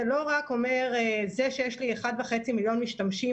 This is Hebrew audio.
זה לא רק אומר שזה שיש לי 1.5 מיליון משתמשים,